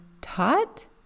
taught